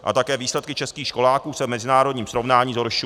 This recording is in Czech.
A také výsledky českých školáků se v mezinárodním srovnání zhoršují.